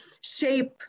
shape